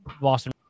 Boston